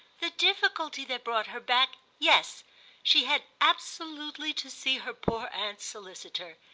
the difficulty that brought her back, yes she had absolutely to see her poor aunt's solicitor.